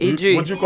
Idris